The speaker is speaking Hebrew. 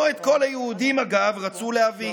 אגב, לא את כל היהודים רצו להביא.